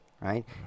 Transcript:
right